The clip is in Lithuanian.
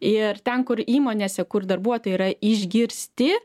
ir ten kur įmonėse kur darbuotojai yra išgirsti